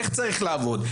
איך צריך לעבוד,